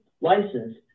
license